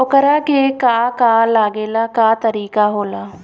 ओकरा के का का लागे ला का तरीका होला?